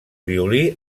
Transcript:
violí